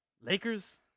Lakers